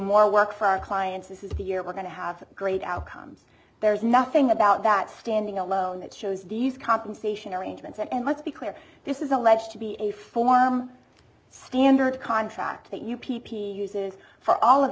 more work for our clients this is the year we're going to have great outcomes there's nothing about that standing alone that shows these compensation arrangements and let's be clear this is alleged to be a form of standard contract that you p p uses for all of